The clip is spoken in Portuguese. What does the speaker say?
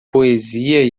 poesia